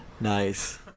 Nice